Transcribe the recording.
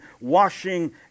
washing